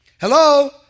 Hello